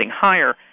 higher